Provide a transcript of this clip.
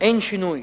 אין שינוי